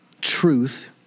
truth